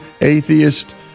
atheist